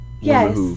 Yes